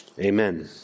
Amen